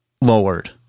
lowered